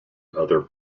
other